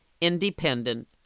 independent